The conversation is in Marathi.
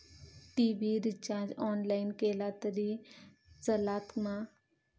टी.वि रिचार्ज ऑनलाइन केला तरी चलात मा?